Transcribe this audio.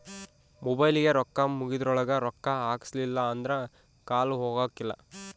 ಮೊಬೈಲಿಗೆ ರೊಕ್ಕ ಮುಗೆದ್ರೊಳಗ ರೊಕ್ಕ ಹಾಕ್ಸಿಲ್ಲಿಲ್ಲ ಅಂದ್ರ ಕಾಲ್ ಹೊಗಕಿಲ್ಲ